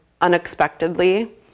unexpectedly